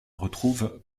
retrouve